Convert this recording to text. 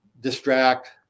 distract